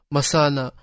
Masana